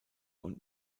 und